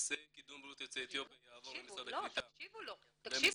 בנושא קידום בריאות יוצאי אתיופיה יעבור ממשרד הקליטה --- תקשיבו לו,